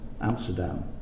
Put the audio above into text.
Amsterdam